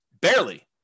barely